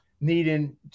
needing